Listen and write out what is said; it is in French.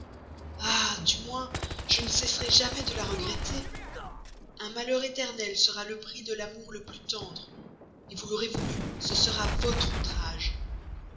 ah du moins je ne cesserai jamais de la regretter un malheur éternel sera le prix de l'amour le plus tendre vous l'aurez voulu ce sera votre ouvrage